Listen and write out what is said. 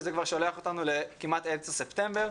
שזה שולח אותנו כבר כמעט לאמצע אוקטובר,